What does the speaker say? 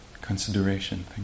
consideration